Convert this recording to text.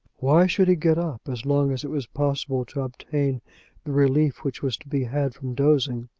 why should he get up as long as it was possible to obtain the relief which was to be had from dozing?